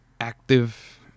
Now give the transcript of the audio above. active